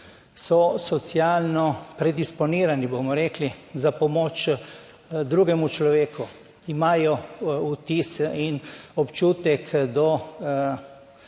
so socialno predisponirani, bomo rekli, za pomoč drugemu človeku, imajo vtis in občutek do